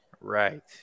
Right